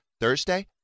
Thursday